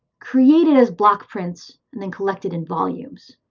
created as block prints and then collected in volumes.